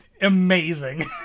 Amazing